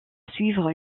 suivre